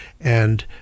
and-